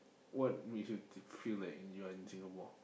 what makes you think feel like you are in Singapore